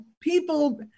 People